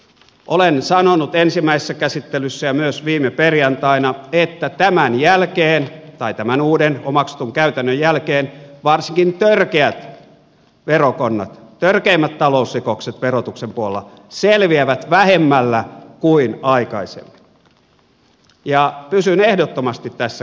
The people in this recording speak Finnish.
olen sanonut ensimmäisessä käsittelyssä ja myös viime perjantaina että tämän uuden omaksutun käytännön jälkeen varsinkin törkeät verokonnat törkeimmät talousrikokset verotuksen puolella selviävät vähemmällä kuin aikaisemmin ja pysyn ehdottomasti tässä käsityksessäni